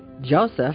Joseph